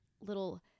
little